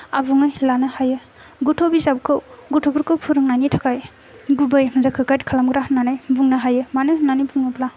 आबुङै लानो हायो गथ' बिजाबखौ गथ'फोरखौ फोरोंनायनि थाखाय गुबै रोखोमै गायड खालामग्रा होननानै बुंनो हायो मानो होननानै बुङोब्ला